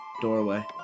doorway